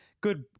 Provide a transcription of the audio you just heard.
Good